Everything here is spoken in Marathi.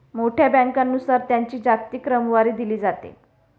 मोठ्या बँकांनुसार त्यांची जागतिक क्रमवारी दिली जाते